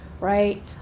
right